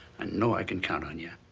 and know i can count on ya.